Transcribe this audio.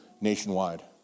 nationwide